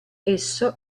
esso